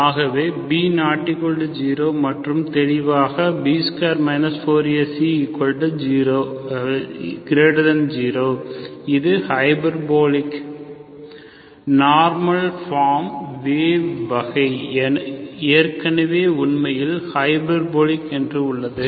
ஆகவே B≠0மற்றும் தெளிவாக B2 4AC0 இது ஹைபர்போலிக் நார்மல் ஃபார்ம் வேவ் வகை ஏற்கனவே உண்மையில் ஹைபர்போலிக் என்று உள்ளது